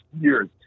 years